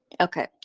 Okay